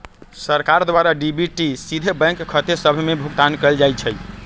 सरकार द्वारा डी.बी.टी सीधे बैंक खते सभ में भुगतान कयल जाइ छइ